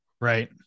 Right